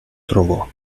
trovò